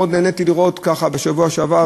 מאוד נהניתי לראות ככה בשבוע שעבר